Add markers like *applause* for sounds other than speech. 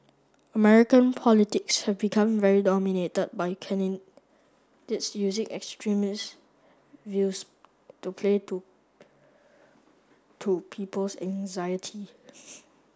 American politics have become very dominated by *unintelligible* using extremist views to play to to people's anxiety *unintelligible*